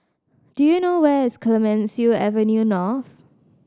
do you know where is Clemenceau Avenue North